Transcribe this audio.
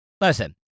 Listen